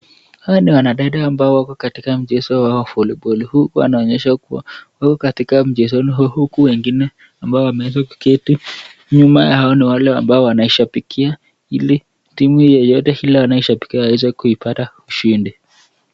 Hawa ni wanadada ambao wako katika mchezo wao wa voliboli uku wanaonyesha kuwa wako katika mchezoni uku wengine ambao wameeza kuketi nyuma yao ni wale ambao wanashambikia ili timu yeyote ila wanayoshambikiaili waweze kuipata ushindi.